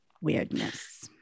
Weirdness